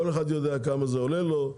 כל אחד יודע כמה זה עולה לו,